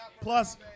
Plus